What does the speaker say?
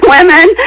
women